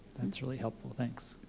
that's really helpful, thanks.